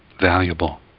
valuable